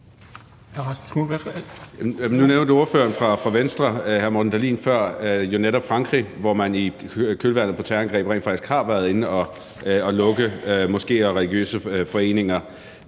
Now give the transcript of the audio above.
Nu nævnte ordføreren for Venstre, hr. Morten Dahlin, netop Frankrig, hvor man i kølvandet på terrorangreb rent faktisk har været inde at lukke moskéer og religiøse foreninger.